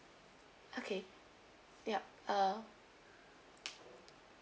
okay ya uh